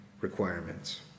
requirements